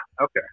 okay